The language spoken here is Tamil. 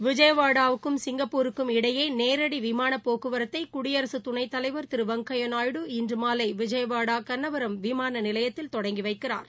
விஜயவாடாவுக்கும் சிங்கப்பூருக்கும் இடையே நேரடி விமான போக்குவரத்தை குடியரசுத் துணைத்தலைவர் திரு வெங்கையா நாயுடு இன்று மாலை விஜயவாடா கன்னவரம் விமான நிலையத்தில் தொடங்கி வைக்கிறார்